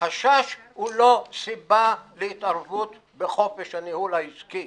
חשש הוא לא סיבה להתערבות בחופש הניהול העסקי.